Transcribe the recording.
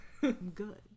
good